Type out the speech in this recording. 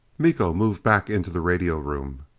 miko moved back into the radio room.